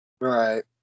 Right